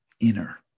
inner